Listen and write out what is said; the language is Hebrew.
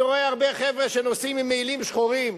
אני רואה הרבה חבר'ה שנוסעים עם מעילים שחורים,